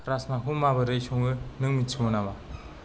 राजमाखौ माबोरै सङो नों मिथिगौ नामा